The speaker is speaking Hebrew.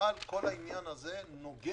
אבל כל העניין הזה נוגע